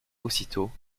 aussitôt